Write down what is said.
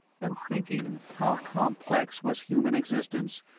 and thinking how complex was human existence,